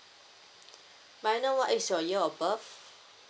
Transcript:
may I know what is your year of birth